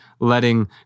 letting